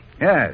Yes